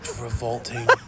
revolting